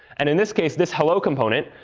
and in this case, this hello component,